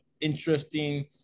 interesting